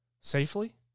safely